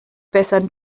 bessern